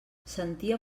sentia